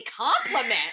compliment